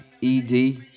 E-D